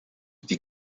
die